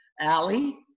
Allie